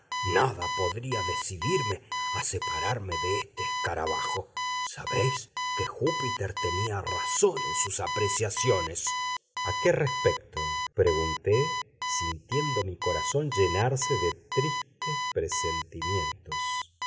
nada podría decidirme a separarme de este escarabajo sabéis que júpiter tenía razón en sus apreciaciones a qué respecto pregunté sintiendo mi corazón llenarse de tristes presentimientos